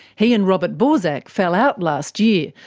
he and robert borsak fell out last year,